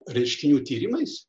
reiškinių tyrimais